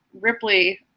Ripley